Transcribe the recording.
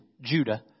Judah